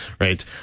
right